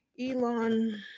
Elon